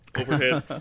overhead